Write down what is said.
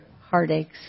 heartaches